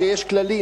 שיש כללים,